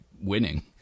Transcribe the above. winning